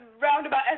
roundabout